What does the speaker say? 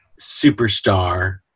superstar